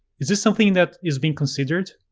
is this something that is being considered?